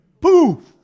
Poof